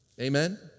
Amen